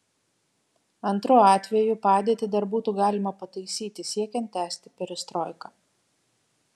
antru atveju padėtį dar būtų galima pataisyti siekiant tęsti perestroiką